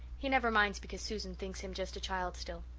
he never minds because susan thinks him just a child still.